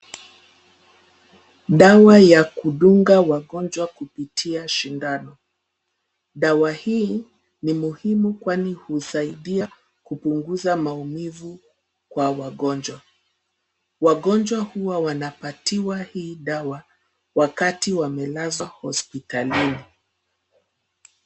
Dawa ya kudunga wagonjwa kupitia sindano. Dawa hii ni muhimu kwani husaidia kupunguza maumivu kwa wagonjwa. Wagonjwa huwa wanapatiwa hii dawa wakati wamelazwa hospitalini.